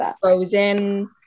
frozen